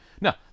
Now